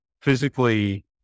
Physically